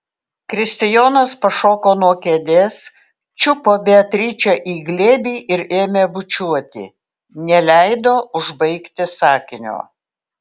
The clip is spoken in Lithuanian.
kristijonas pašoko nuo kėdės čiupo beatričę į glėbį ir ėmė bučiuoti neleido užbaigti sakinio